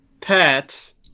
Pets